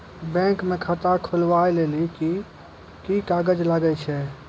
Bank म खाता खोलवाय लेली की की कागज लागै छै?